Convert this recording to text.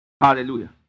Hallelujah